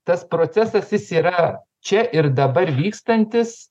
tas procesas jis yra čia ir dabar vykstantis